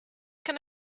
can